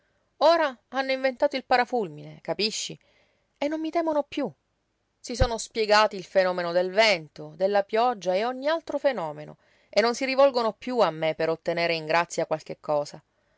ora hanno inventato il parafulmine capisci e non mi temono piú si sono spiegati il fenomeno del vento della pioggia e ogni altro fenomeno e non si rivolgono piú a me per ottenere in grazia qualche cosa